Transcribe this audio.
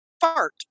Fart